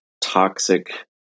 toxic